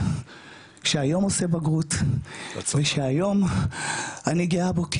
שהיום עושה בגרות ושהיום אני גאה בו,